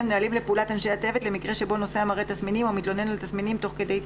נהלים לאוורור מרבי של תא הנוסעים ובכלל